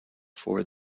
for